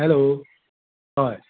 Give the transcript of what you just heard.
hello হয়